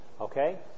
Okay